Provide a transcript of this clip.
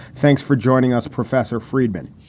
thanks for joining us, professor friedman.